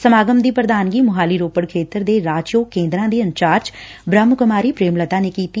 ਸਮਾਗਮ ਦੀ ਪੁਧਾਨਗੀ ਮੁਹਾਲੀ ਰੋਪੜ ਖੇਤਰ ਦੇ ਰਾਜਯੋਗ ਕੇਦਰਾ ਦੀ ਇਨਚਾਰਜ ਬੁਹਮਾਕੁਮਾਰੀ ਪੁੇਮਲਤਾ ਨੇ ਕੀਤੀ